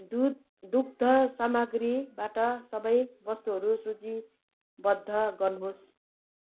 दुध दुग्ध सामग्रीबाट सबै वस्तुहरू सूचीबद्ध गर्नुहोस्